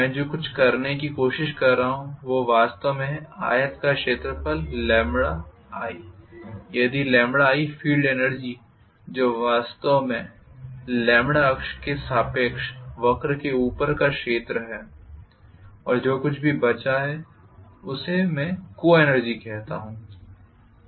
मैं जो करने की कोशिश कर रहा हूं वह वास्तव में है आयत का क्षेत्रफल i और यदि i फील्ड एनर्जी जो वास्तव में अक्ष के सापेक्ष वक्र के ऊपर का क्षेत्र है और जो कुछ भी बचा है उसे मैं को एनर्जी कहता हूं